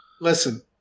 listen